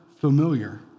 familiar